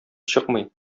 чыкмый